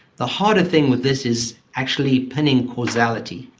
the harder thing with this is actually pinning causality.